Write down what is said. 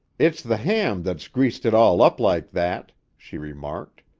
it's the ham that's greased it all up like that, she remarked.